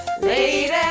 Lady